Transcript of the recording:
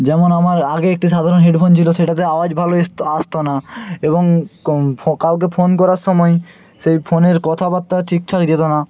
যেমন আমার আগে একটি সাধারণ হেডফোন ছিল সেটাতে আওয়াজ ভালো আসত আসত না এবং কম কাউকে ফোন করার সময় সেই ফোনের কথাবার্তা ঠিকঠাক যেত না